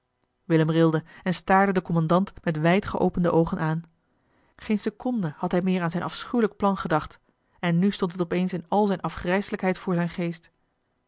willem rilde en staarde den kommandant met wijd geopende oogen aan geen seconde had hij meer aan zijn afschuwelijk plan gedacht en nu stond het op eens in al zijne afgrijselijkheid voor zijn geest